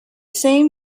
same